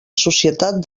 societat